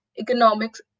economics